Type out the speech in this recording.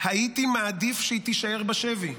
"הייתי מעדיף שהיא תישאר בשבי."